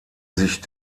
sich